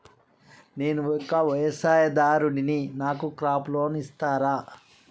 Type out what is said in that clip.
నేను ఒక వ్యవసాయదారుడిని నాకు క్రాప్ లోన్ ఇస్తారా?